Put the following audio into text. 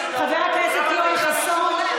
חבר הכנסת יואל חסון,